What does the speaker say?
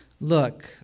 look